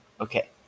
Okay